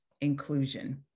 inclusion